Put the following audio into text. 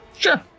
Sure